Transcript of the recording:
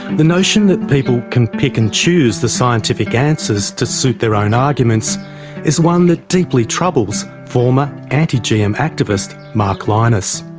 the notion that people can pick and choose the scientific answers to suit their own arguments is one that deeply troubles former anti-gm and activist mark lynas.